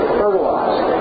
fertilized